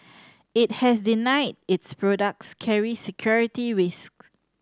it has denied its products carry security risk